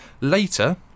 Later